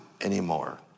anymore